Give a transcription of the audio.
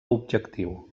objectiu